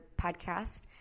podcast